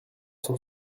cent